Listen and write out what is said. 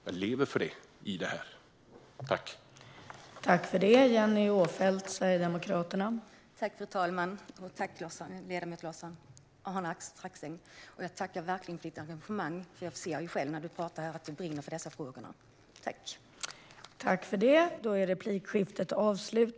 Jag lever för det när det gäller detta!